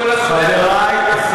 זו עבודה של שר השיכון הקודם.